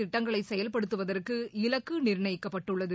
திட்டங்களை செயல்படுத்துவதற்கு இலக்கு நிர்ணயிக்கப்பட்டுள்ளது